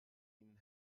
ihnen